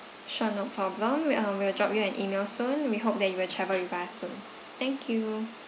sure no problem um we will drop you an email soon we hope that you will travel with us soon thank you